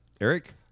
Eric